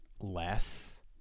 less